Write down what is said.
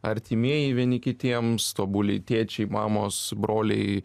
artimieji vieni kitiems tobuli tėčiai mamos broliai